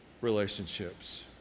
relationships